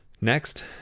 Next